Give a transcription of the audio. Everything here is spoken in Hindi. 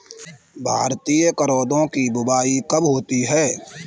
भारतीय करौदे की बुवाई कब होती है?